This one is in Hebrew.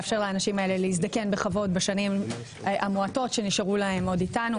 לאפשר לאנשים האלה להזדקן בכבוד בשנים המועטות שנשארו להם עוד איתנו,